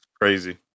Crazy